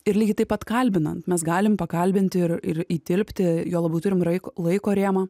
ir lygiai taip pat kalbinant mes galim pakalbinti ir įtilpti juo labiau turim graiko laiko rėmą